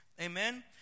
Amen